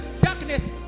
darkness